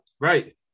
right